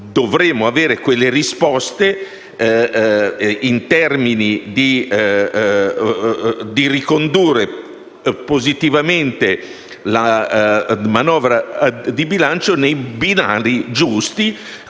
dovremo avere quelle risposte in termini di riconduzione positiva della manovra di bilancio nei binari giusti,